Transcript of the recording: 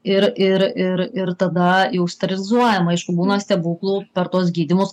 ir ir ir ir tada jau sterilizuojama aišku būna stebuklų per tuos gydymus